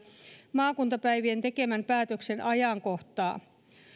maakuntapäivien tekemän päätöksen ajankohtaa